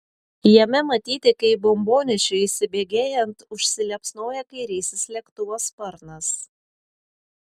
jame matyti kaip bombonešiui įsibėgėjant užsiliepsnoja kairysis lėktuvo sparnas